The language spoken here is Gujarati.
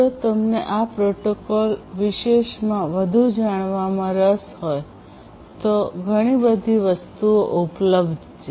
જો તમને આ પ્રોટોકોલ વિશેષમાં વધુ જાણવામાં રસ હોય તો ઘણી બધી વસ્તુઓ ઉપલબ્ધ છે